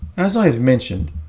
as i have mentioned,